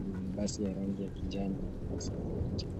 Kuna mabasi ya rangi ya kijani na samawati.